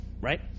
Right